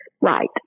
right